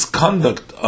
conduct